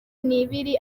n’ibiri